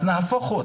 אז נהפוך הוא,